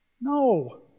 No